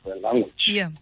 language